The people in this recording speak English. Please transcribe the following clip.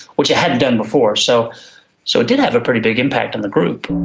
which it hadn't done before. so so it did have a pretty big impact in the group.